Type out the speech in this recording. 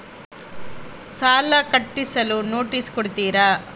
ಸಾಲ ಕಟ್ಟಲು ನೋಟಿಸ್ ಕೊಡುತ್ತೀರ?